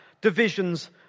divisions